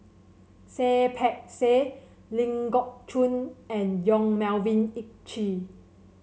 Seah Peck Seah Ling Geok Choon and Yong Melvin Yik Chye